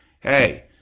hey